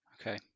okay